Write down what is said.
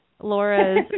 Laura's